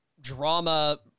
drama